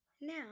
now